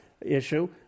issue